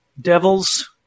Devils